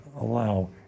allow